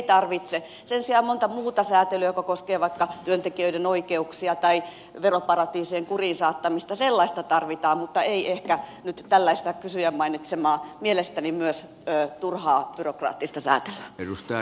sen sijaan monta muuta säätelyä jotka koskevat vaikka työntekijöiden oikeuksia tai veroparatiisien kuriin saattamista tarvitaan mutta ei ehkä nyt tällaista kysyjän mainitsemaa mielestäni myös turhaa byrokraattista säätelyä